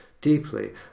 deeply